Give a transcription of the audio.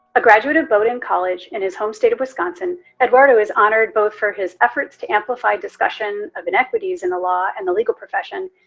a graduate of bowdoin college in his home state of wisconsin, eduardo is honored both for his efforts to amplify discussion of inequities in the law and the legal profession,